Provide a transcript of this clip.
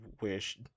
wish